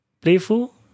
playful